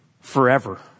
forever